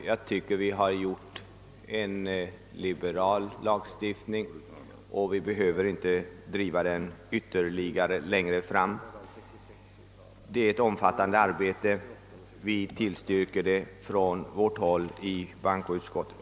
Jag tycker att vi har åstadkommit en liberal lagstiftning och att vi inte behöver driva liberaliseringen längre. Det har nedlagts ett omfattande arbete på förslaget. Vi tillstyrker det från vårt håll i bankoutskottet.